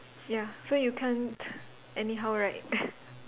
ya so you can't anyhow write